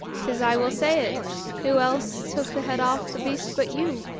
tis i will say it who else took the head off the beast but you!